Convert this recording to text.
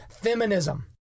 feminism